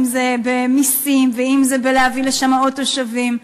אם זה במסים ואם זה בלהביא לשם עוד תושבים,